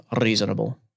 reasonable